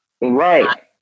Right